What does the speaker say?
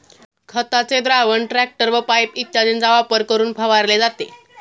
खताचे द्रावण टँकर व पाइप इत्यादींचा वापर करून फवारले जाते